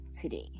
today